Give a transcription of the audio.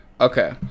Okay